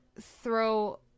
throw